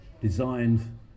designed